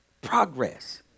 progress